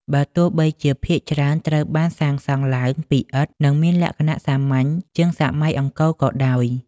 បើទោះបីជាភាគច្រើនត្រូវបានសាងសង់ឡើងពីឥដ្ឋ និងមានលក្ខណៈសាមញ្ញជាងសម័យអង្គរក៏ដោយ។